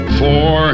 four